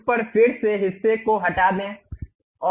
उस पर फिर से हिस्से को हटा दें और इसे भरें